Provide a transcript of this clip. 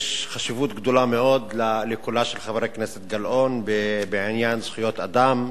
יש חשיבות גדולה מאוד לקולה של חברת הכנסת גלאון בעניין זכויות אדם,